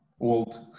Old